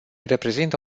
reprezintă